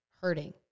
hurting